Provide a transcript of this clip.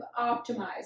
optimized